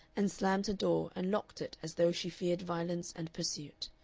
and slammed her door and locked it as though she feared violence and pursuit.